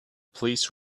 please